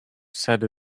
said